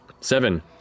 Seven